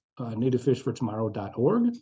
nativefishfortomorrow.org